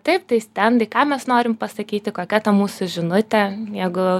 taip tai stendai ką mes norim pasakyti kokia ta mūsų žinutė jeigu